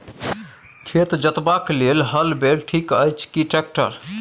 खेत जोतबाक लेल हल बैल ठीक अछि की ट्रैक्टर?